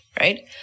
right